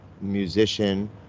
musician